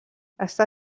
està